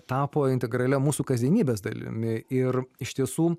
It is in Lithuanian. tapo integralia mūsų kasdienybės dalimi ir iš tiesų